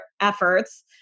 efforts